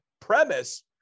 premise